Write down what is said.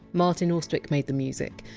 martin austwick made the music.